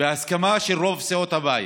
בהסכמה של רוב סיעות הבית,